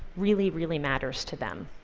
really, really matters to them.